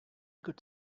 could